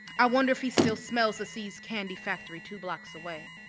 i wonder if he still smells the see's candy factory two blocks away,